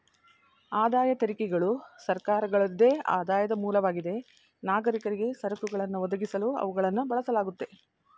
ಆದಾಯ ತೆರಿಗೆಗಳು ಸರ್ಕಾರಗಳ್ಗೆ ಆದಾಯದ ಮೂಲವಾಗಿದೆ ನಾಗರಿಕರಿಗೆ ಸರಕುಗಳನ್ನ ಒದಗಿಸಲು ಅವುಗಳನ್ನ ಬಳಸಲಾಗುತ್ತೆ